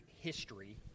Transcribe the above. history